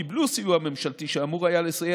קיבלו סיוע ממשלתי שאמור היה לסייע